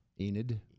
Enid